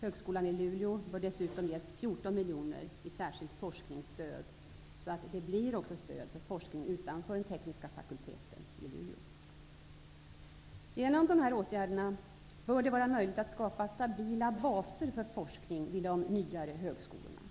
Högskolan i Luleå bör dessutom ges 14 miljoner kronor i särskilt forskningsstöd, så att det blir stöd även för forskning utanför den tekniska fakulteten i Luleå. Genom dessa åtgärder bör det vara möjligt att skapa stabila baser för forskning vid de nyare högskolorna.